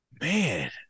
Man